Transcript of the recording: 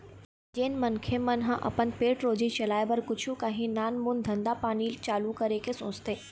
जेन मनखे मन ह अपन पेट रोजी चलाय बर कुछु काही नानमून धंधा पानी चालू करे के सोचथे